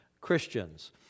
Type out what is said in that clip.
Christians